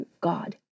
God